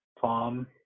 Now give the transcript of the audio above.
Tom